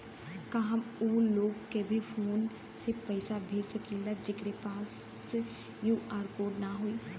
का हम ऊ लोग के भी फोन से पैसा भेज सकीला जेकरे पास क्यू.आर कोड न होई?